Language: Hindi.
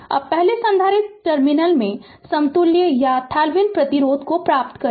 अब पहले संधारित्र टर्मिनल में समतुल्य या थेवेनिन प्रतिरोध प्राप्त करें